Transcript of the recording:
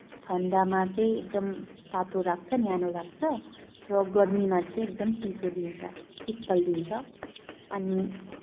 ठन्डामा चाहिँ एकदम तातो राख्छ न्यानो राख्छ र गर्मीमा चाहिँ एकदम चिसो दिन्छ शीतल दिन्छ अनि